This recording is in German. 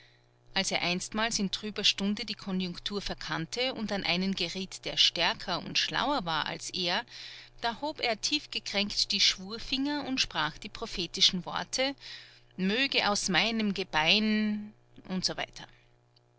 als er einstmals in trüber stunde die konjunktur verkannte und an einen geriet der stärker und schlauer war als er da hob er tiefgekränkt die schwurfinger und sprach die prophetischen worte möge aus meinem gebein usw